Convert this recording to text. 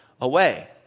away